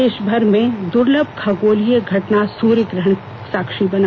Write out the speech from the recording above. देश में आज दुर्लभ खगोलीय घटना सूर्य ग्रहण का साक्षी बना